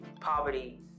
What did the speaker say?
poverty